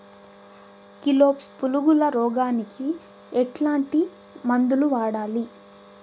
Kilo పులుగుల రోగానికి ఎట్లాంటి మందులు వాడాలి?